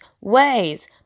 ways